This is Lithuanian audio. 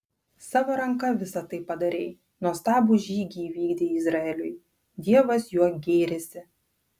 savo ranka visa tai padarei nuostabų žygį įvykdei izraeliui dievas juo gėrisi